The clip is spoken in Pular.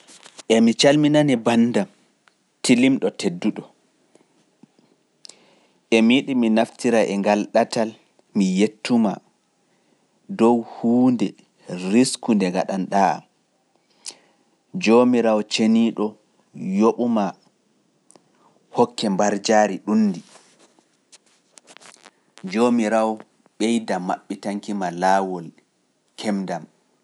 Emi calminani banndam tilimɗo tedduɗo. Emi yiɗi mi naftira e ngal ɗatal mi yettuma dow huunde risku nde ngaɗanɗaa am. Joomiraawo ceniiɗo yoɓu maa hokke mbarjaari ɗum ndi. Joomiraawo ɓeyda maɓɓitanki ma laawol kemdam.